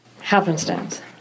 happenstance